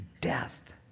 death